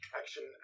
action